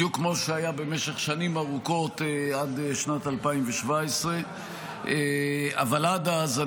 בדיוק כמו שהיה במשך שנים ארוכות עד שנת 2017. אבל עד אז,